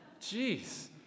Jeez